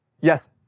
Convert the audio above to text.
Yes